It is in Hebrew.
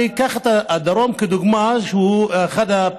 אני אקח את הדרום לדוגמה, שהוא בפריפריה,